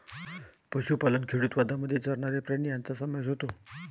पशुपालन खेडूतवादामध्ये चरणारे प्राणी यांचा समावेश होतो